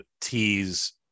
tease